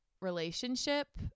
relationship